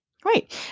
Great